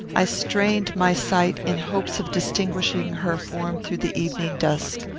i strained my sight, in hopes of distinguishing her form through the evening dusk.